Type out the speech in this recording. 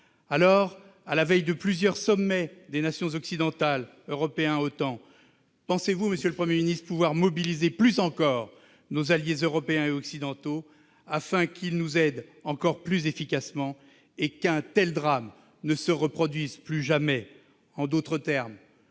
sommets- sommet européen et sommet des nations occidentales de l'OTAN -, pensez-vous, monsieur le Premier ministre, pouvoir mobiliser plus encore nos alliés européens et occidentaux, afin qu'ils nous aident encore plus efficacement et qu'un tel drame ne se reproduise plus jamais- en d'autres termes,